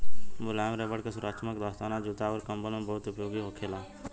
मुलायम रबड़ के सुरक्षात्मक दस्ताना, जूता अउर कंबल में बहुत उपयोग होखेला